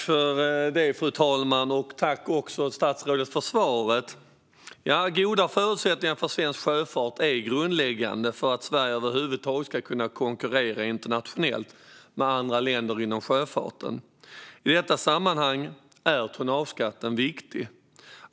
Fru talman! Jag tackar statsrådet för svaret. Goda förutsättningar för svensk sjöfart är grundläggande för att Sverige över huvud taget ska kunna konkurrera internationellt med andra länder inom sjöfarten. I detta sammanhang är tonnageskatten viktig.